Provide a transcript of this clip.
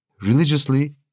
religiously